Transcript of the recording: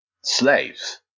slaves